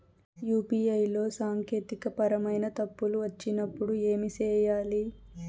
UPI లో సాంకేతికపరమైన పరమైన తప్పులు వచ్చినప్పుడు ఏమి సేయాలి